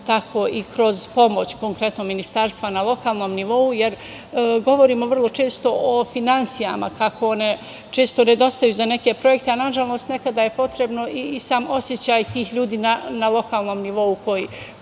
tako i kroz pomoć, konkretno ministarstva na lokalnom nivou. Jer, govorimo vrlo često o finansijama, kako one često nedostaju za neke projekte, a nažalost nekada je potreban i sam osećaj tih ljudi na lokalnom nivou koji deluju